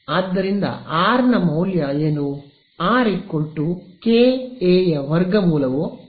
ಆದ್ದರಿಂದ ಆರ್ ನ ಮೌಲ್ಯ ಏನು ಆರ್ ಕೆ ಎ ಯ ವರ್ಗಮೂಲವೋ ಅಥವಾ ಕೆ ಬಿ ಯ ವರ್ಗಮೂಲವೋ